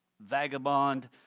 vagabond